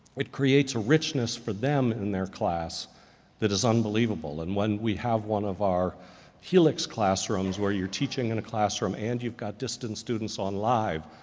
it creates a richness for them in their class that is unbelievable. and when we have one of our helix classrooms, where you're teaching in a classroom and you've got distance students on live,